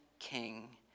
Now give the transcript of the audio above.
king